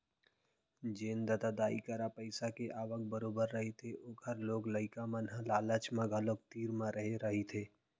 जेन ददा दाई करा पइसा के आवक बरोबर रहिथे ओखर लोग लइका मन ह लालच म घलोक तीर म रेहे रहिथे